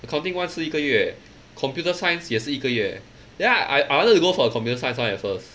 accounting one 是一个月 computer science 也是一个月 then I I I wanted to go for computer science one at first